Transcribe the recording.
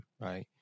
right